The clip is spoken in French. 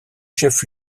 chef